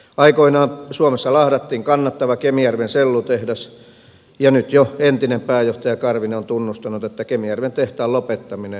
aikoinaan suomessa lahdattiin kannattava kemijärven sellutehdas ja nyt jo entinen pääjohtaja karvinen on tunnustanut että kemijärven tehtaan lopettaminen oli virhe